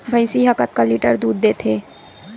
भंइसी हा कतका लीटर दूध देथे?